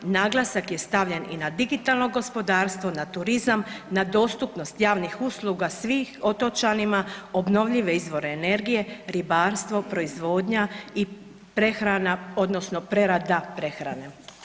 Naglasak je stavljen i na digitalno gospodarstvo, na turizam, na dostupnost javnih usluga svih otočanima obnovljive izvore energije, ribarstvo, proizvodnja i prehrana odnosno prerada prehrane.